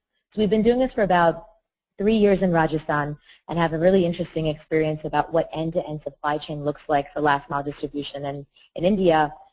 we've been doing this for about three years in rajasthan and have a really interesting experience about what end-to-end supply chain looks like for mile distribution. and in india,